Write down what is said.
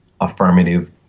affirmative